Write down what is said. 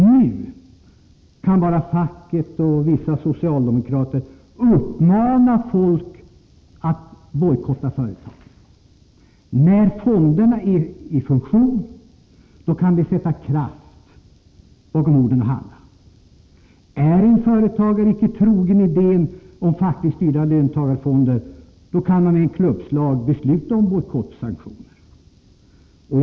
Nu kan bara facket och vissa socialdemokrater uppmana folk att bojkotta företag. När fonderna är i funktion kan de sätta kraft bakom orden och handla. Är en företagare inte trogen idén om fackligt styrda löntagarfonder, kan man med ett klubbslag besluta om bojkottsanktioner.